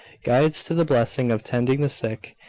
guides to the blessing of tending the sick,